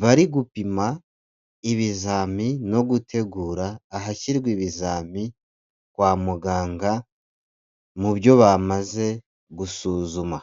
bari gupima ibizami no gutegura ahashyirwa ibizami kwa muganga mu byo bamaze gusuzuma.